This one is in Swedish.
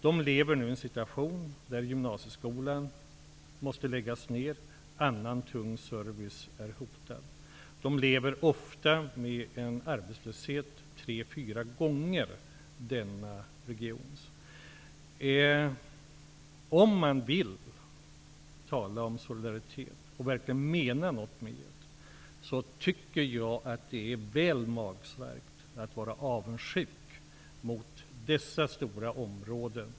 De lever nu i en situation där gymnasieskolan måste läggas ner, och annan tung service är hotad. De har ofta en arbetslöshet som är tre fyra gånger denna regions. Om man vill tala om solidaritet och verkligen mena någonting med det är det väl magstarkt att vara avundsjuk på dessa stora områden.